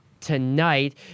Tonight